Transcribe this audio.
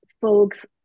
folks